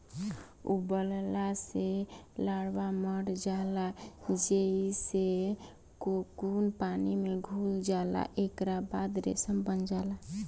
उबालला से लार्वा मर जाला जेइसे कोकून पानी में घुल जाला एकरा बाद रेशम बन जाला